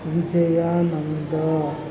Vijayananda